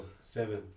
Seven